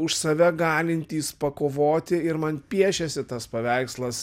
už save galintys pakovoti ir man piešėsi tas paveikslas